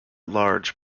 large